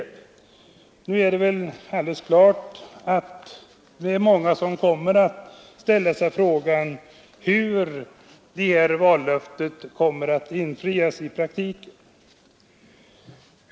Det är väl klart att många frågar sig hur vallöftet kommer att infrias i praktiken.